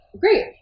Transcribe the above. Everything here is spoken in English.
Great